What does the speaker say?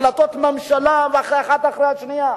החלטות ממשלה, אחת אחרי השנייה.